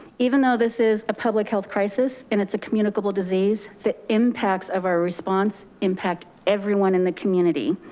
even though this is a public health crisis, and it's a communicable disease that impacts of our response impact everyone in the community.